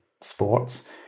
sports